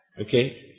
Okay